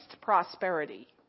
prosperity